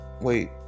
wait